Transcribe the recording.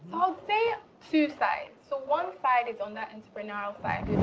i'll say two sides. so one side is on that entrepreneurial